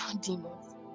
demons